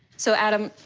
so adam,